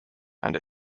and